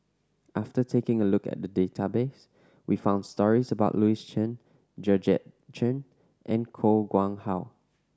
after taking a look at the database we found stories about Louis Chen Georgette Chen and Koh Nguang How